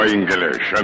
English